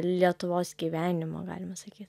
lietuvos gyvenimo galima sakyt